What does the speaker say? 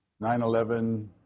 9-11